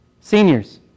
Seniors